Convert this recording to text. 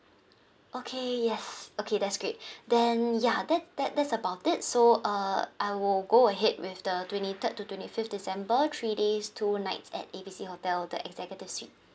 okay yes okay that's great then ya that that that's about it so err I will go ahead with the twenty third to twenty fifth december three days two nights at A B C hotel the executive suite